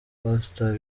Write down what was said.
pastor